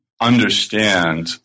understand